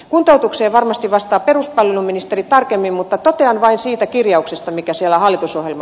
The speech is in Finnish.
kuntoutukseen varmasti vastaa peruspalveluministeri tarkemmin mutta totean vain siitä kirjauksesta mikä siellä hallitusohjelma